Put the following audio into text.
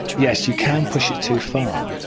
yes, you can push it too far,